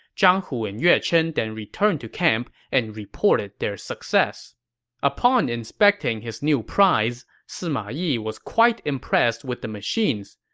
zhang hu and yue chen then returned to camp and reported their success upon inspecting his new prize, prize, sima yi was quite impressed with the machines.